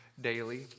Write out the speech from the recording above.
daily